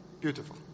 beautiful